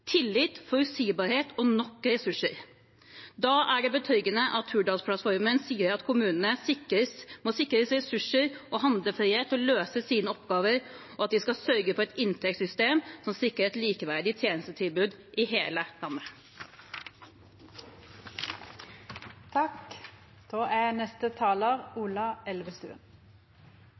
tillit, forutsigbarhet og nok ressurser. Da er det betryggende at Hurdalsplattformen sier at kommunene må sikres ressurser og handlefrihet til å løse sine oppgaver, og at de skal sørge for et inntektssystem som sikrer et likeverdig tjenestetilbud i hele